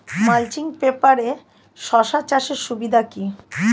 Mulching পেপারে শসা চাষের সুবিধা কি?